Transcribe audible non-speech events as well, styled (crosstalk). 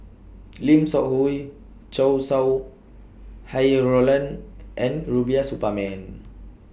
(noise) Lim Seok Hui Chow Sau Hai Roland and Rubiah Suparman